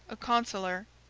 a consular,